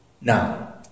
Now